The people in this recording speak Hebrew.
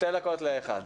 שתי דקות לאחד.